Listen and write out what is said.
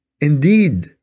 indeed